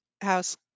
house